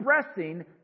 expressing